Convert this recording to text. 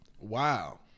Wow